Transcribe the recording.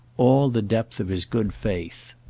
all the depth of his good faith.